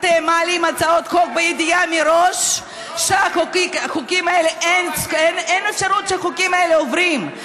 אתם מעלים הצעות חוק בידיעה מראש שאין אפשרות שהחוקים האלה עוברים.